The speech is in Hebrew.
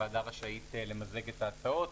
הוועדה רשאית למזג את ההצעות,